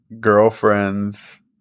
girlfriend's